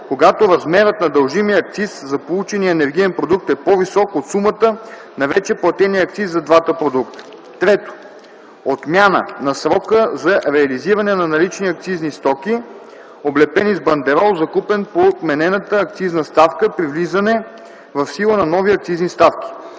когато размерът на дължимия акциз за получения енергиен продукт е по-висок от сумата на вече платения акциз за двата продукта. 3. Отмяна на срока за реализиране на налични акцизни стоки, облепени с бандерол, закупен по отменената акцизна ставка, при влизане в сила на нови акцизни ставки.